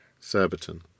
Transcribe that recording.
surbiton